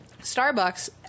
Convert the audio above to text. Starbucks